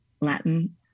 Latin